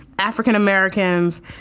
African-Americans